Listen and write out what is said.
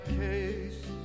case